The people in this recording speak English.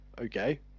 okay